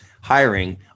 hiring